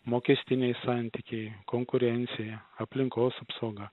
mokestiniai santykiai konkurencija aplinkos apsauga